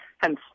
Hence